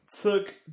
took